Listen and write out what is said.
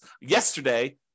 yesterday